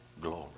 glory